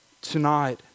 tonight